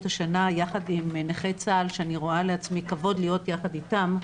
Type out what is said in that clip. השנה יחד עם נכי צה"ל שאני רואה לעצמי כבוד להיות יחד איתם,